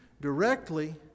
directly